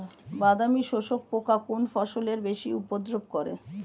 বাদামি শোষক পোকা কোন ফসলে বেশি উপদ্রব করে?